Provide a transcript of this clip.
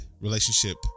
relationship